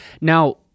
Now